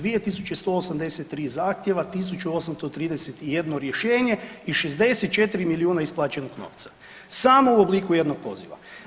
2183 zahtjeva, 1831 rješenje i 64 milijuna isplaćenog novca samo u obliku jednog poziva.